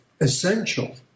essential